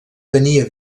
tenia